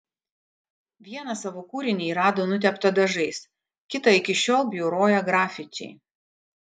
vieną savo kūrinį ji rado nuteptą dažais kitą iki šiol bjauroja grafičiai